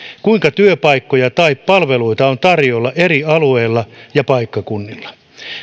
kuinka työpaikkoja tai palveluita on tarjolla eri alueilla ja paikkakunnilla